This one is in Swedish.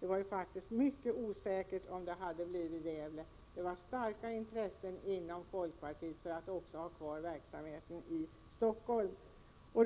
Det var faktiskt mycket osäkert om det hade blivit Gävle. Det fanns starka intressen inom folkpartiet av att ha verksamheten kvar i Stockholm.